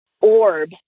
orb